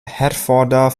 herforder